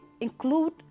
include